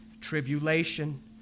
tribulation